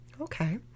Okay